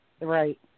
Right